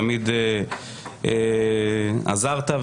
תמיד עזרת,